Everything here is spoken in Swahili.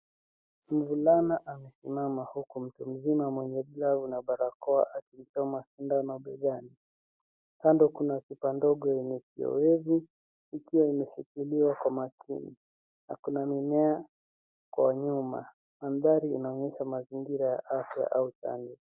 Mvulana amesimama huku mtu mzima mwenye glavu na barakoa akidunga sindano begani. Kando kuna chupa ndogo yenye kiowevu ikiwa imeshikiliwa kwa makini na kuna mimea kwa nyuma. Mandhari inaonyesha mazingira ya afya au chanjo.